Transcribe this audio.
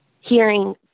hearing